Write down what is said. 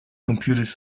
computers